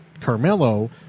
Carmelo